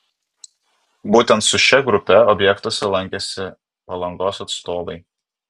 būtent su šia grupe objektuose lankėsi palangos atstovai